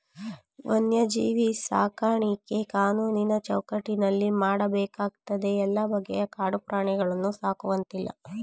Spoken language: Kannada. ವನ್ಯಜೀವಿ ಸಾಕಾಣಿಕೆ ಕಾನೂನಿನ ಚೌಕಟ್ಟಿನಲ್ಲಿ ಮಾಡಬೇಕಾಗ್ತದೆ ಎಲ್ಲ ಬಗೆಯ ಕಾಡು ಪ್ರಾಣಿಗಳನ್ನು ಸಾಕುವಂತಿಲ್ಲ